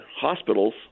hospitals